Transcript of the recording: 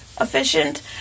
efficient